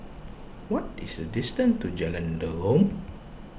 what is the distance to Jalan Derum